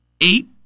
eight